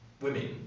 women